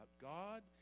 God